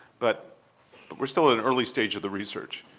but we're still in early stages of the research.